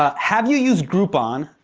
ah have you used groupon